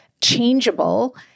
changeable